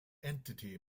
entity